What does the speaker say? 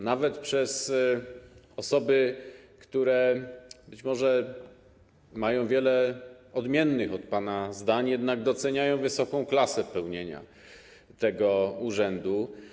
Nawet osoby, które być może mają wiele odmiennych od pana zdań, doceniają wysoką klasę pełnienia tego urzędu.